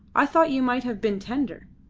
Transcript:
i thought you might have been tender.